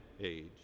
age